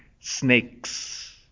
snakes